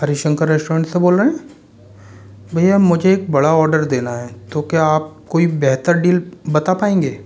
हरी Shankar restaurant से बोल रहे हैं भैया मुझे एक बड़ा ऑर्डर देना है तो क्या आप कोई बेहतर डील बता पाएंगे